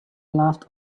laughed